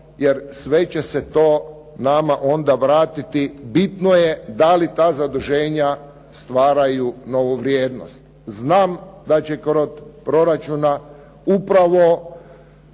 jer sve će se to nama onda vratiti. Bitno je da li ta zaduženja stvaraju novu vrijednost. Znam da će kod proračuna upravo